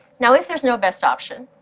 now, if there's no best option,